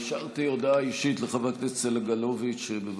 אישרתי הודעה אישית לחבר הכנסת סגלוביץ', בבקשה.